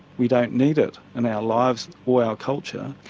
we don't need it in our lives or our culture.